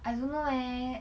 I don't know eh